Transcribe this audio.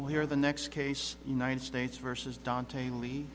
well there the next case united states versus dante lee